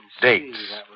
dates